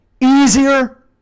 easier